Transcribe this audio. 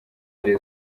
ari